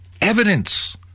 evidence